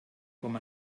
com